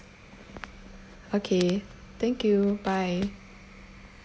okay thank you bye